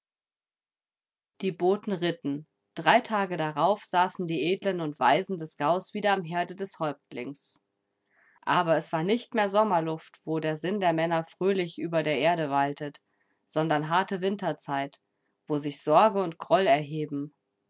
die boten ritten drei tage darauf saßen die edlen und weisen des gaues wieder am herde des häuptlings aber es war nicht mehr sommerluft wo der sinn der männer fröhlich über der erde waltet sondern harte winterzeit wo sich sorge und groll erheben